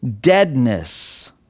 deadness